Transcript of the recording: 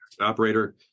operator